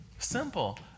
Simple